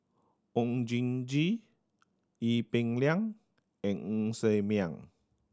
Oon Jin Gee Ee Peng Liang and Ng Ser Miang